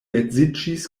edziĝis